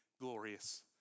glorious